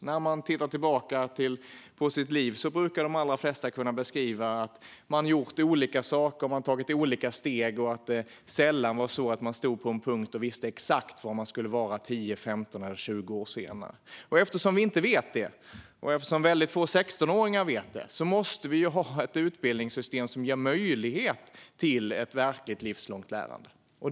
När människor tittar tillbaka på sina liv brukar de allra flesta kunna beskriva att de gjort olika saker, tagit olika steg och att det sällan var så att de stod på en punkt och visste exakt var de skulle vara om 10, 15 eller 20 år. Eftersom människor inte vet det, och eftersom väldigt få 16-åringar vet det, måste vi ha ett utbildningssystem som ger möjlighet till ett verkligt livslångt lärande.